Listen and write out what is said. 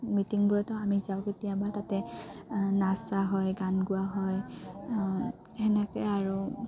মিটিংবোৰতো আমি যাওঁ কেতিয়াবা তাতে নাচা হয় গান গোৱা হয় তেনেকৈ আৰু